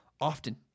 often